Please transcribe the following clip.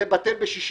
זה בטל ב-60.